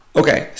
okay